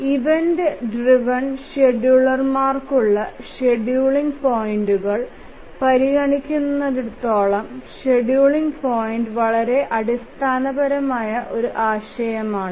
event driven ഷെഡ്യൂളർമാർക്കുള്ള scheduling പോയിന്റുകൾ പരിഗണിക്കുന്നിടത്തോളം ഷെഡ്യൂളിംഗ് പോയിന്റ് വളരെ അടിസ്ഥാനപരമായ ഒരു ആശയമാണ്